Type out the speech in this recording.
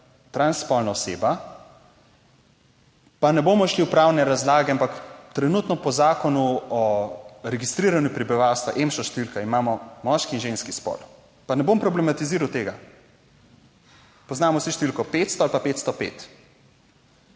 transspolna oseba, pa ne bomo šli v pravne razlage, ampak trenutno po Zakonu o registriranju prebivalstva, EMŠO številka, imamo moški in ženski spol. Pa ne bom problematiziral tega, poznamo vsi številko 500 ali pa 505.